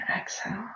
exhale